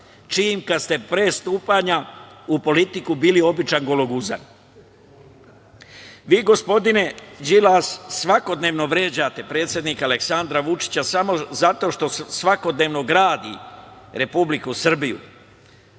čijim kada ste pre stupanja u politiku bili običan gologuzan? Vi, gospodine Đilas, svakodnevno vređate predsednika Aleksandra Vučića samo zato što svakodnevno gradi Republiku Srbiju.